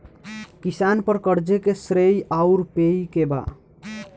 किसान पर क़र्ज़े के श्रेइ आउर पेई के बा?